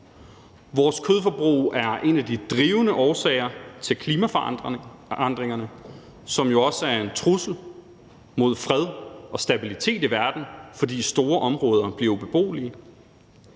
Vores kødforbrug er en af de drivende årsager til klimaforandringerne, som jo også er en trussel mod fred og stabilitet i verden, fordi store områder bliver ubeboelige.